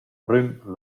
prüm